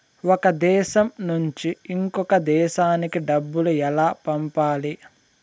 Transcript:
ఒక దేశం నుంచి ఇంకొక దేశానికి డబ్బులు ఎలా పంపాలి?